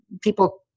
people